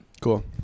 Cool